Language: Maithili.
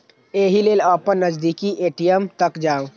एहि लेल अपन नजदीकी ए.टी.एम तक जाउ